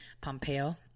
Pompeo